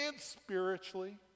spiritually